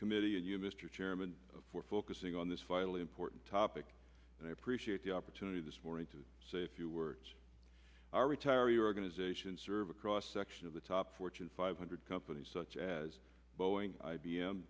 committee and you mr chairman for focusing on this vitally important topic and i appreciate the opportunity this morning to say a few words our retiree organizations serve a cross section of the top fortune five hundred companies such as boeing i